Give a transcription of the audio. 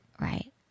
Right